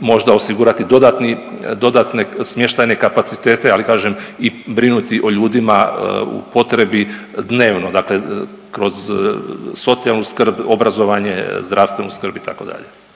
možda osigurati dodatni, dodatne smještajne kapacitete, ali kažem i brinuti o ljudima u potrebi dnevno. Dakle, kroz socijalnu skrb, obrazovanje, zdravstvenu skrbi itd.